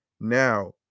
Now